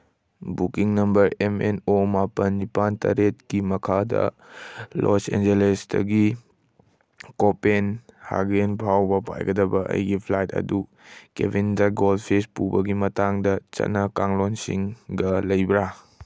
booking number M N O ꯃꯥꯄꯟ ꯅꯤꯄꯥꯟ ꯇꯔꯦꯠꯀꯤ ꯃꯈꯥꯗ ꯂꯣꯁ ꯑꯦꯟꯖꯦꯂꯤꯁꯇꯒꯤ ꯀꯣꯄꯦꯟꯍꯥꯒꯦꯟ ꯐꯥꯎꯕ ꯄꯥꯏꯒꯗꯕ ꯑꯩꯒꯤ ꯐ꯭ꯂꯥꯏꯠ ꯑꯗꯨ ꯀꯦꯕꯤꯟꯗ ꯒꯣꯜ ꯐꯤꯁ ꯄꯨꯕꯒꯤ ꯃꯇꯥꯡꯗ ꯆꯠꯅ ꯀꯥꯡꯂꯣꯟꯁꯤꯡꯒ ꯂꯩꯕ꯭ꯔꯥ